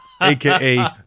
AKA